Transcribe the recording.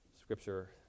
scripture